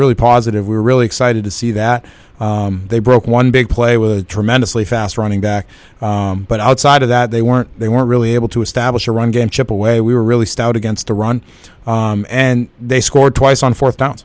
really positive we were really excited to see that they broke one big play with a tremendously fast running back but outside of that they weren't they weren't really able to establish a run game chip away we were really stout against the run and they scored twice on fourth down